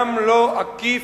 גם לא עקיף,